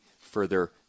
further